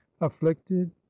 afflicted